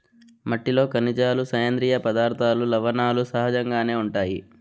మట్టిలో ఖనిజాలు, సేంద్రీయ పదార్థాలు, లవణాలు సహజంగానే ఉంటాయి